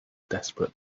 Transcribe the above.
desperate